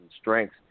strengths